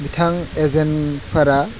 बिथां एजेन्टफोरा